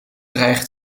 dreigen